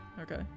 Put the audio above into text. Okay